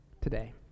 today